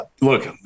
Look